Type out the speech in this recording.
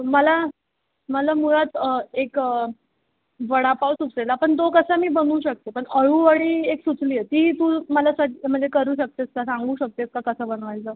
मला मला मुळात एक वडापाव सुचलेला पण तो कसा मी बनवू शकते पण अळूवडी एक सुचली आहे ती तू मला सज् म्हणजे करू शकतेस का सांगू शकतेस का कसं बनवायचं